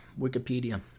Wikipedia